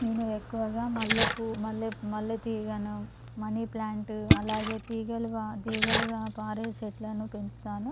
నేను ఎక్కువగా మల్లె పూవు మల్లె మల్లెతీగను మనీ ప్లాంట్ అలాగే తీగలుగా తీగలుగా పారే చెట్లను పెంచుతాను